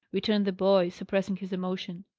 returned the boy, suppressing his emotion.